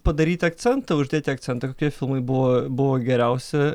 padaryti akcentą uždėti akcentą kokie filmai buvo buvo geriausi